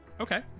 Okay